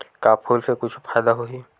का फूल से कुछु फ़ायदा होही?